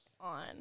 on